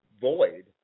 void